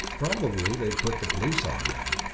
probably they'd put the police on them.